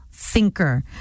Thinker